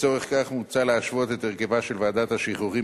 לצורך זה מוצע להשוות את הרכבה של ועדת השחרורים